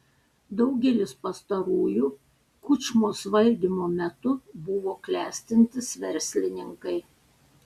daugelis pastarųjų kučmos valdymo metu buvo klestintys verslininkai